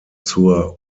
zur